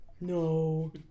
No